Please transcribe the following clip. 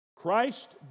Christ